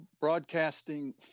broadcasting